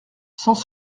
sans